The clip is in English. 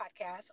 podcast